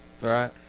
Right